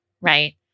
right